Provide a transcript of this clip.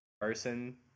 person